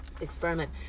experiment